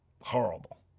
Horrible